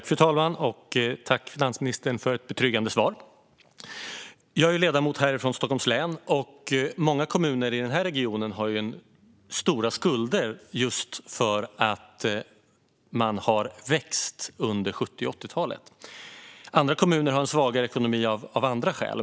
Fru talman! Tack, finansministern, för ett betryggande svar! Jag är ledamot från Stockholms län. Många kommuner i denna region har stora skulder just för att de har vuxit under 70-talet och 80-talet. Andra kommuner har en svagare ekonomi av andra skäl.